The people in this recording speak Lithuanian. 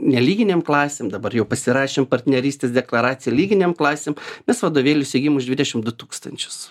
nelyginėm klasėm dabar jau pasirašėm partnerystės deklaraciją lyginėm klasėm mes vadovėlių įsigijom už dvidešim du tūkstančius